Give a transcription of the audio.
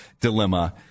dilemma